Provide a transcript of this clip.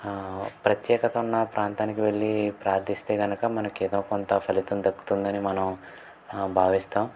ప్రత్యేకతున్న ప్రాంతానికి వెళ్ళి ప్రార్థిస్తే కనుక మనకి ఏదో కొంత ఫలితం దక్కుతుందని మనం భావిస్తాము